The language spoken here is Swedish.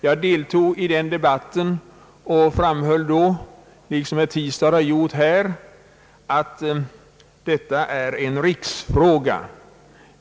Jag deltog i den debatten och framhöll då, liksom herr Tistad har gjort här i dag, att detta är en riksfråga.